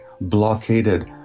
blockaded